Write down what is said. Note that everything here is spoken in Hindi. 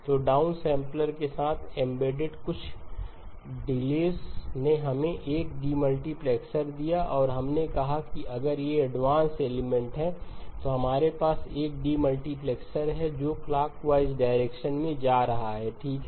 तो डाउनसैंपलर के साथ एम्बेडेड कुछ डिलेस ने हमें एक डीमल्टीप्लेक्सर दिया और हमने कहा कि अगर ये एडवांस एलिमेंट हैं तो हमारे पास एक डीमल्टीप्लेक्सर है जो क्लॉकवाइज डायरेक्शन में जा रहा है ठीक है